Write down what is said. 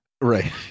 Right